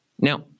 Now